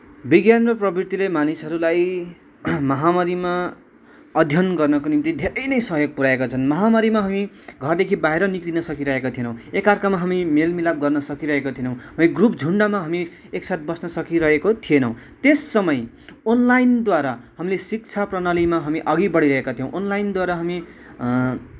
बिज्ञान र प्रविधिले मानिसहरूलाई महामारीमा अध्ययन गर्नको निम्ति धेरै नै सहयोग पुऱ्याएका छन् महामारीमा हामी घरदेखि बाहिर निक्लिन सकिरहेका थिएनौँ एकअर्कामा हामी मेलमिलाप गर्न सकिरहेका थिएनौँ अनि ग्रुप झुन्डमा हामी एकसाथ बस्न सकिरहेको थिएनौँ त्यस समय अनलाइनद्वारा हामीले शिक्षा प्रणालीमा हामी अघि बढिरहेका थियौँ अनलाइनद्वारा हामी